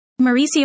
Mauricio